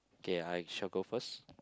K I shall go first